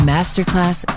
Masterclass